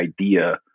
idea